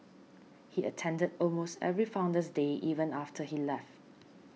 he attended almost every Founder's Day even after he left